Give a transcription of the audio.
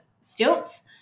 stilts